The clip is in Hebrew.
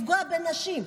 לפגוע בנשים.